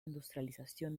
industrialización